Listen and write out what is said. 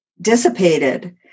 dissipated